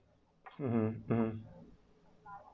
mmhmm um